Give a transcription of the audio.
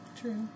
true